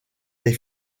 des